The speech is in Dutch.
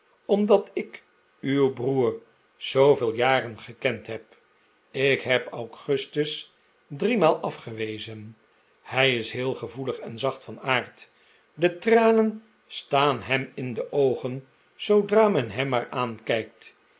omdat ik uw broer zooveel jaren gekend heb ik heb augustus driemaal afgewezen hij is heel gevoelig en zacht van aard de tranen staan hem in de oogen zoodra men hem maar aankijkt